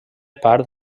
part